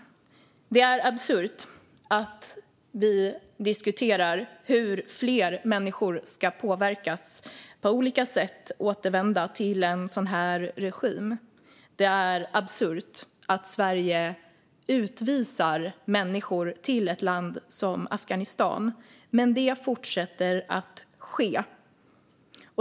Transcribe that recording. Det är absurt att vi diskuterar hur fler människor på olika sätt ska påverkas att återvända till en sådan regim. Det är absurt att Sverige utvisar människor till Afghanistan. Det fortsätter dock att ske.